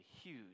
huge